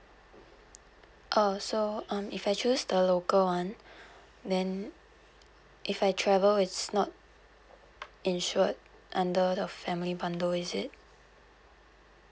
uh so um if I choose the local one then if I travel it's not insured under the family bundle is it